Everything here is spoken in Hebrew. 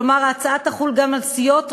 כלומר היא תחול גם על סיעות,